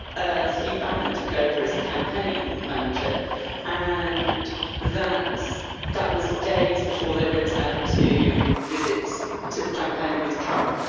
ah, steve bannon took over as campaign manager and that that was days before they went out to visit to campaign with trump.